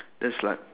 that's like